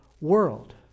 world